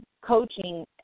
coaching